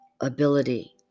ability